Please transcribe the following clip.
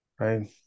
right